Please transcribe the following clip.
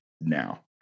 now